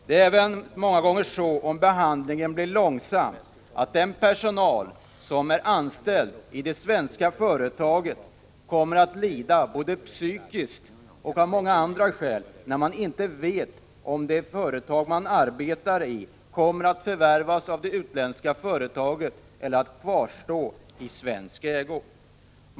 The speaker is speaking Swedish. Om behandlingen av sådana ärenden blir långdragen kan den personal som är anställd i det svenska företaget få lida både psykiskt och på annat sätt, eftersom man inte vet om det företag man arbetar i kommer att förvärvas av det utländska företaget eller kvarstå i svensk ägo.